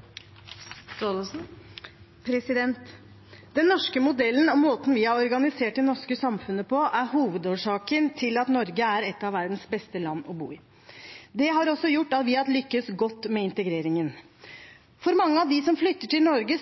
et av verdens beste land å bo i. Det har også gjort at vi har lyktes godt med integreringen. For mange av dem som flytter til Norge,